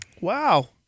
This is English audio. Wow